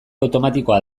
automatikoa